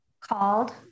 called